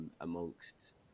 Amongst